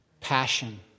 passion